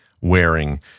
wearing